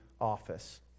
office